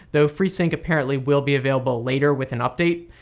though freesync apparently will be available later with an update,